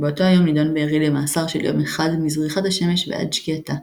באותו היום נידון בארי למאסר של יום אחד "מזריחת השמש ועד שקיעתה"